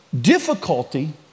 Difficulty